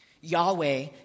Yahweh